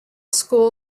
school